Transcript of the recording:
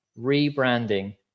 rebranding